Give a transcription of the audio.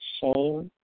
shame